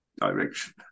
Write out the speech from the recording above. direction